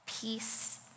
Peace